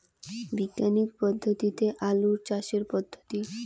বিজ্ঞানিক পদ্ধতিতে আলু চাষের পদ্ধতি?